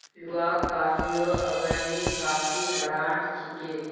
Luwak कॉफियो अग्रणी coffee brand छिके